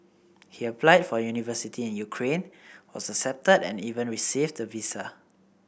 he applied for university in Ukraine was accepted and even received the visa